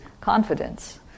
confidence